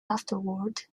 afterward